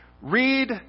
read